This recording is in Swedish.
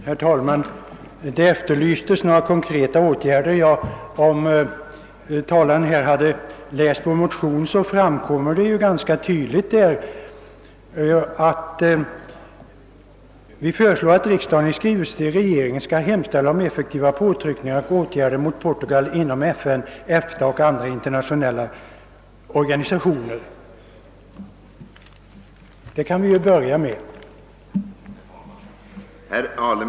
Herr talman! Fru Renström-Ingenäs efterlyste konkreta åtgärder, men om hon läser vår motion så framgår det tydligt av den vad vi föreslår, nämligen »att riksdagen i skrivelse till regeringen hemställer om effektiva påtryckningar och åtgärder mot Portugal inom FN, EFTA och andra internationella organisationer ———«». Vi kan ju börja med det.